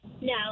No